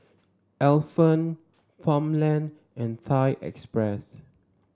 Alpen Farmland and Thai Express